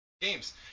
Games